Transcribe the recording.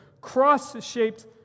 cross-shaped